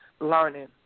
learning